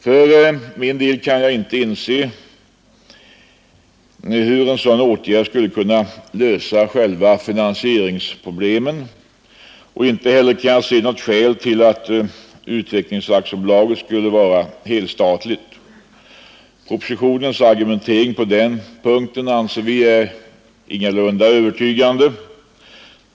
För min del kan jag inte inse hur en sådan åtgärd skulle lösa finansieringsproblemen. Inte heller kan jag se något skäl till att utvecklingsaktiebolaget skall vara helstatligt. Propositionens argumentering på den punkten anser vi är ingalunda övertygande.